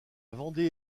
vendée